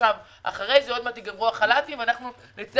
אחרי זה עוד מעט ייגמרו החל"תים ונצטרך